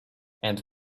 and